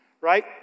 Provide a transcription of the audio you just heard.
right